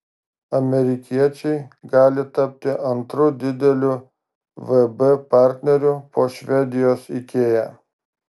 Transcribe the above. amerikiečiai gali tapti antru dideliu vb partneriu po švedijos ikea